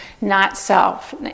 Not-self